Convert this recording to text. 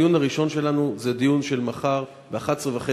הדיון הראשון שלנו יהיה מחר ב-11:30,